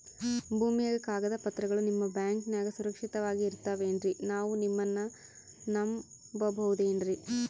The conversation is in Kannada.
ಭೂಮಿಯ ಕಾಗದ ಪತ್ರಗಳು ನಿಮ್ಮ ಬ್ಯಾಂಕನಾಗ ಸುರಕ್ಷಿತವಾಗಿ ಇರತಾವೇನ್ರಿ ನಾವು ನಿಮ್ಮನ್ನ ನಮ್ ಬಬಹುದೇನ್ರಿ?